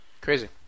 crazy